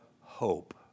hope